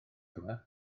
yma